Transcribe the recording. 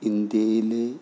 ഇന്ത്യയിലെ